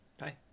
Hi